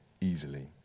easily